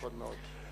נכון מאוד.